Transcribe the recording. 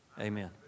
Amen